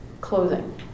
clothing